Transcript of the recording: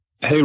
Hey